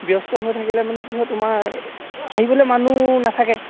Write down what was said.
ব্যস্ত হৈ থাকিলে মানে কি হয় তোমাৰ আহিবলৈ মানুহ নাথাকে